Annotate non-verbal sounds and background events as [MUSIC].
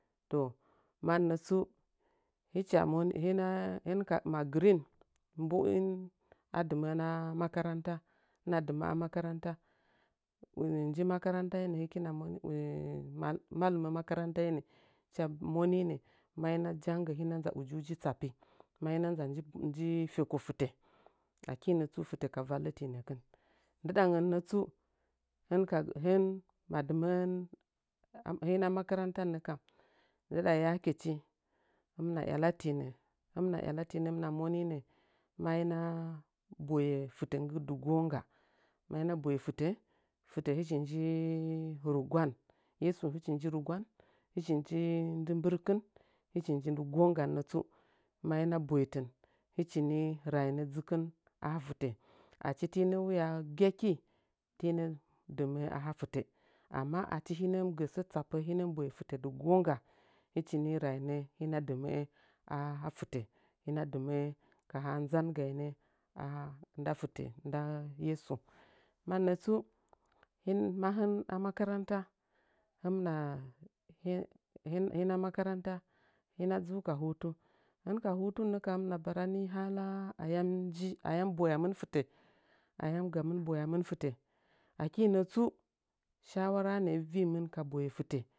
To mə nətsu khicha mo kɨn kama gɨrin mbuɨn a dɨməə a makaranta hɨna dɨməə a makaranta [HESITATION] nji makarantaine hɨkina monə malɨmə makaranteine hɨcha moninə hɨna jangi hɨna nza ujiji tsapi maina nza nji feko fɨtə aki nətsu fito ka vallitinekin ndɨɗa ngə nətsu hɨnka hin madiməə hina makaranta nə kam ndiɗa yakechi hɨmna iyalyatinə hɨmɨna moninɗ maina boye fite ndɨ dɨ gonga mai na boye fɨtə fɨtə hɨchi njirɨgwan yeso hɨchi nji rɨgwan ndɨ mbɨrkɨn hɨchi nji ndɨ gonga nətsu maina boitɨn hɨchini rainə dzɨkɨn a ha fɨtə achi tina uya gi aki tinə dɨməə a ha fitə acchi tina uya gi aki tinə dɨməə a ha fɨtə ama achi hinəm gə sə tsapəhinəm boye fitə dɨ gonga hɨchini rainə hɨna dɨməə aha fitə hɨna dɨməə kaha nzongainə aha nda fɨto nda yeso mannə tsu ma hɨn a makaranta hɨna hɨna makaranta hɨna din ka hutu hɨn ka hotu nə kam hɨmɨna barani ayam nji ayam bwayamɨn fɨto ayam gamɨn bwayamɨn fɨtə aki nə tsu shawarane vimin ka boye fɨtə to mannətsu.